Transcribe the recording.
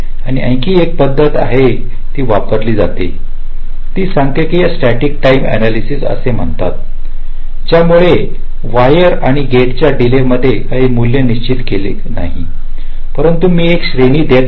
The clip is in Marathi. आणि आणखी एक पद्धत जी कधीकधी वापरली जाते ती सांख्यिकीय स्टॅटिक टाईम अनालयसिस असे म्हणतात ज्यामुळे मी वायर आणि गेटच्या डील काही मूल्ये निश्चित करीत नाही परंतु मी एक श्रेणी देत आहे